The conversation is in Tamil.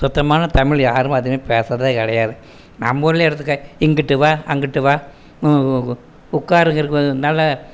சுத்தமான தமிழ் யாருமே அதிகமாக பேசுறதே கிடையாது நம்ப ஊரிலயே எடுத்துக்க இங்கிட்டு வா அங்கிட்டு வா உட்காருங்கக்கு நல்லா